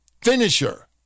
finisher